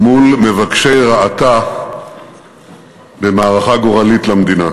מול מבקשי רעתה במערכה גורלית למדינה.